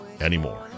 anymore